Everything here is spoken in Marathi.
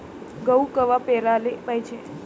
गहू कवा पेराले पायजे?